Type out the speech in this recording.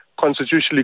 constitutionally